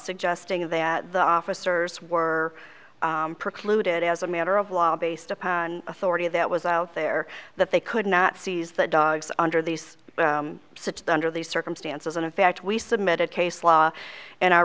suggesting that the officers were precluded as a matter of law based upon authority that was out there that they could not seize the dogs under these such the under these circumstances and in fact we submitted case law and our